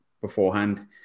beforehand